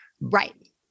Right